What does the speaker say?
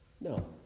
No